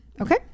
Okay